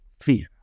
fear